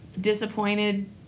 disappointed